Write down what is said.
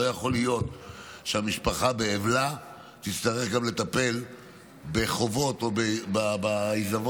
לא יכול להיות שמשפחה באבלה תצטרך גם לטפל בחובות או בעיזבון,